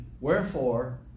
Wherefore